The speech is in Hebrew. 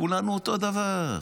כולנו אותו דבר.